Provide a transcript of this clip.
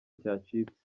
cyacitse